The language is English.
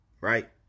right